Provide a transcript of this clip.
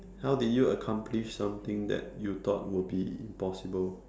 how did you accomplish something that you thought would be impossible